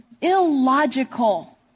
illogical